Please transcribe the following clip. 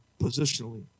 positionally